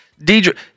Deidre